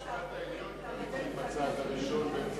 לשנות את הלכת